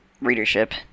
readership